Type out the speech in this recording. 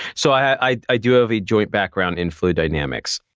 so, i i do have a joint background in fluid dynamics.